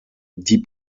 die